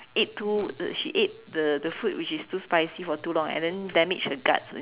eat too she eats the the food which is too spicy for too long and then damage her guts